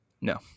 No